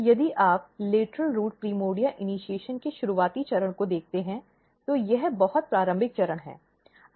तो यदि आप लेटरल रूट प्राइमर्डिया इनिशीएशन के शुरुआती चरण को देखते हैं तो यह बहुत प्रारंभिक चरण है